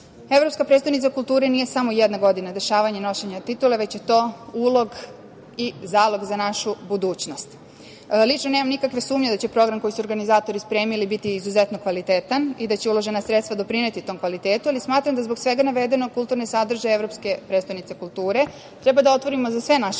prestonica kulture“ nije samo jedna godina dešavanja i nošenja titule, već je to ulog i zalog za našu budućnost. Lično nemam nikakve sumnje da će program koji su organizatori spremili biti izuzetno kvalitetan i da će uložena sredstva doprineti tom kvalitetu, ali smatram da zbog svega navedenog kulturni sadržaj evropske prestonice kulture treba da otvorimo za sve naše